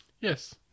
yes